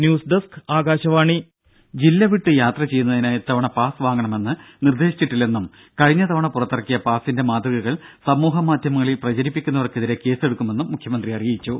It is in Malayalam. ദേദ ജില്ല വിട്ട് യാത്ര ചെയ്യുന്നതിന് ഇത്തവണ പാസ് വാങ്ങണമെന്ന് നിർദേശിച്ചിട്ടില്ലെന്നും കഴിഞ്ഞ തവണ പുറത്തിറക്കിയ പാസിന്റെ മാതൃകകൾ സമൂഹ മാധ്യമങ്ങളിൽ പ്രചരിപ്പിക്കുന്നവർക്കെതിരെ കേസെടുക്കുമെന്നും മുഖ്യമന്ത്രി അറിയിച്ചു